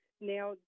Now